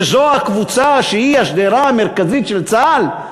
שזו הקבוצה שהיא השדרה המרכזית של צה"ל,